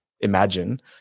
imagine